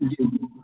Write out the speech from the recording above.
जी